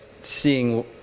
seeing